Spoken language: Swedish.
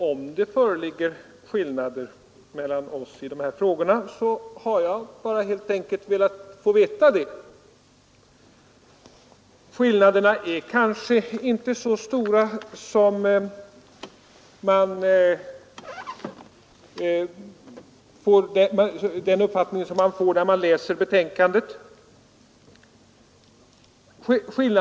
Om det föreligger skillnader mellan oss i de här frågorna, är de nog inte så stora som man tror, när man läser betänkandet.